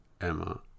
Emma